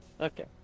okay